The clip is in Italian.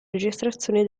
registrazioni